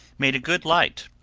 made a good light.